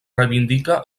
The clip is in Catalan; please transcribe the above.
reivindica